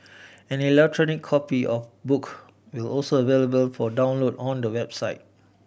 an electronic copy of book will also available for download on the website